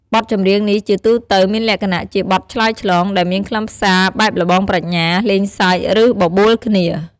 បទចម្រៀងនេះជាទូទៅមានលក្ខណៈជាបទឆ្លើយឆ្លង ដែលមានខ្លឹមសារបែបល្បងប្រាជ្ញា លេងសើច ឬបបួលគ្នា។